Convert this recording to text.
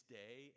day